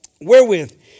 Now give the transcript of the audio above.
Wherewith